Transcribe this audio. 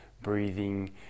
breathing